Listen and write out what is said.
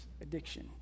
addiction